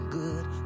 good